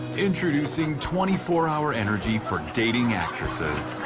introducing twenty four hour energy for dating actresses.